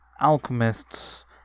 alchemists